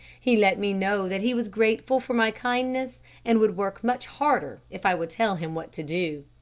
he let me know that he was grateful for my kindness and would work much harder if i would tell him what to do.